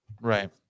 right